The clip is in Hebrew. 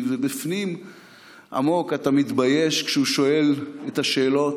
ובפנים עמוק אתה מתבייש כשהוא שואל את השאלות